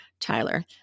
Tyler